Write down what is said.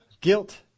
Guilt